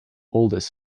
oldest